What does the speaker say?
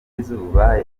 izuba